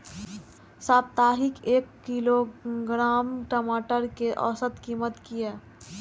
साप्ताहिक एक किलोग्राम टमाटर कै औसत कीमत किए?